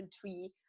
tree